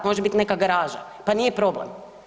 Može biti neka garaža, pa nije problem.